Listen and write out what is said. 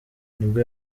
nibwo